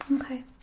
Okay